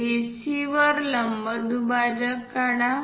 AC वर लंब दुभाजक काढा